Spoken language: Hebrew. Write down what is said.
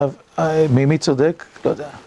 מי מי צודק? לא יודע.